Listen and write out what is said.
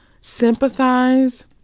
sympathize